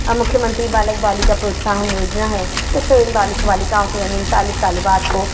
اور مکھیہ منتری بالک بالیکا پروتساہن یوجنا ہے جس سے ان بالک بالیكاؤں كو یعنی ان طالب طالبات كو